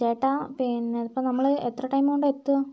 ചേട്ടാ പിന്നെ ഇപ്പം നമ്മൾ എത്ര ടൈം കൊണ്ട് എത്തും